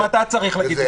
גם אתה צריך להגיד,